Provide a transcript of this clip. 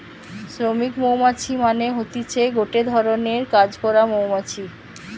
শ্রমিক মৌমাছি মানে হতিছে গটে ধরণের কাজ করা মৌমাছি